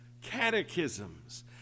catechisms